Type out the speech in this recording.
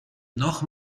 noch